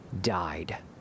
died